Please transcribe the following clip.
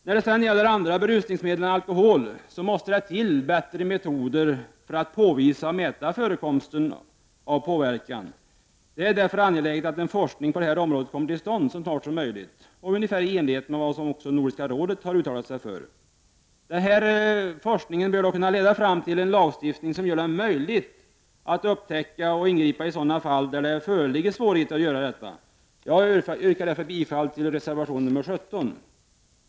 När det gäller andra berusningsmedel än alkohol så måste det till bättre metoder för att påvisa och mäta förekomsten av påverkan. Det är därför angeläget att forskning på detta område kommer till stånd så snart som möjligt i enlighet med vad också Nordiska rådet har uttalat. Denna forskning bör kunna leda till lagstiftning som gör det möjligt att upptäcka och ingripa i sådana fall där det i dag föreligger svårigheter att göra så. Jag yrkar därför bifall till reservation nr 17.